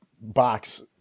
box